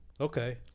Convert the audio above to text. Okay